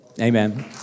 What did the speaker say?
Amen